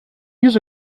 use